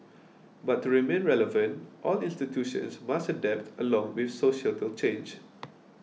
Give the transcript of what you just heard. but to remain relevant all institutions must adapt along with societal change